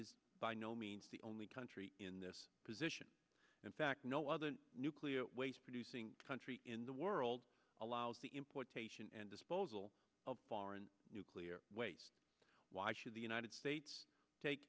is by no means the only country in this position in fact no other nuclear waste producing country in the world allows the importation and disposal of foreign nuclear waste why should the united states take